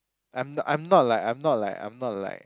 I'm I'm not like I'm not like I'm not like